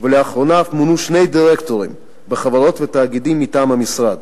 ולאחרונה אף מונו שני דירקטורים בחברות ותאגידים מטעם המשרד: